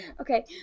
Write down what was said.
Okay